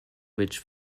which